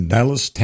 Dallas